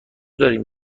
داریم